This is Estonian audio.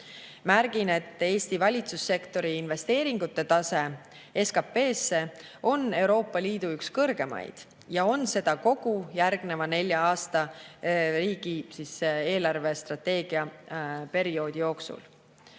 Märgin, et Eesti valitsussektori investeeringute tase võrreldes SKT-ga on Euroopa Liidu üks kõrgemaid ja on seda ka kogu järgneva nelja aasta riigi eelarvestrateegia perioodi jooksul.